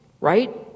Right